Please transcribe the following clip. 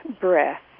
breath